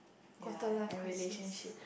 their and relationship